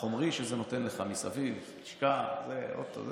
החומרי שזה נותן לך מסביב, לשכה, אוטו,